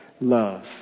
love